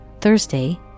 Thursday